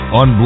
on